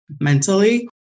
mentally